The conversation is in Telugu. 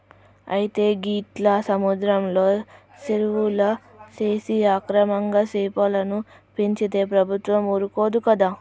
అయితే గీట్ల సముద్రంలో సెరువులు సేసి అక్రమంగా సెపలను పెంచితే ప్రభుత్వం ఊరుకోదు కదా